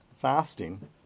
fasting